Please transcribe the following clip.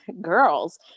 girls